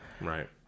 right